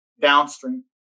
downstream